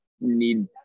need